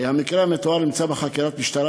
המקרה המתואר נמצא בחקירת משטרה.